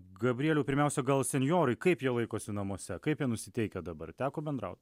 gabrieliau pirmiausia gal senjorai kaip jie laikosi namuose kaip jie nusiteikę dabar teko bendraut